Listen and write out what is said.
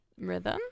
rhythm